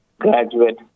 graduate